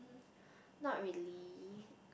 not really